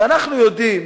ואנחנו יודעים